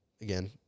Again